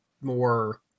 more